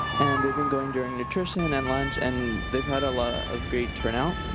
and they've been going during nutrition and lunch, and they've had a lot of great turnout.